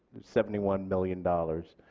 seventy one million dollars.